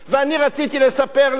אני רציתי לספר להם